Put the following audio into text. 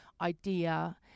idea